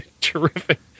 terrific